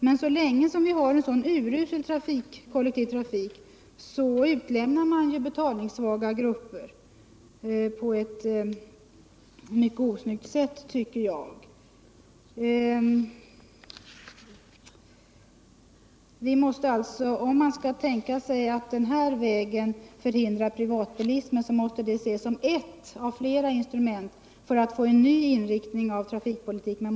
Men så länge vi har en så urusel kollektivtrafik utlämnar man med en höjning betalningssvaga grupper på ett som jag tycker mycket osnyggt sätt. Om man vidare skall kunna tänka sig att genom det förslaget förhindra privatbilismen, så måste detta ses som ett bland flera instrument för att få en ny inriktning av trafikpolitiken.